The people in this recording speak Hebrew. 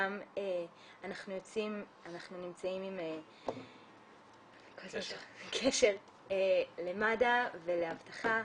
גם אנחנו נמצאים עם קשר למד"א ולאבטחה,